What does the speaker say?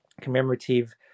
commemorative